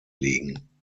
liegen